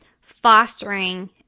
fostering